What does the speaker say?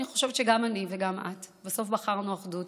אני חושבת שגם אני וגם את בסוף בחרנו אחדות.